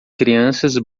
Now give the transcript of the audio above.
crianças